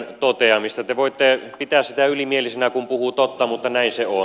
te voitte pitää sitä ylimielisenä kun puhuu totta mutta näin se on